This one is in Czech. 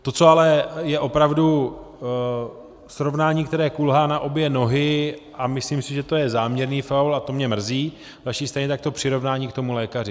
To, co ale je opravdu srovnání, které kulhá na obě nohy, a myslím si, že to je záměrný faul, a to mě mrzí z vaší strany, to přirovnání k tomu lékaři.